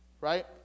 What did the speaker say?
Right